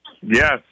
Yes